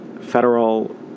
federal